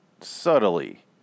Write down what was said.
subtly